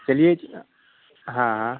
चलिए हाँ